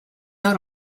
out